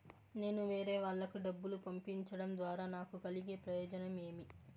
నేను వేరేవాళ్లకు డబ్బులు పంపించడం ద్వారా నాకు కలిగే ప్రయోజనం ఏమి?